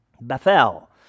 bethel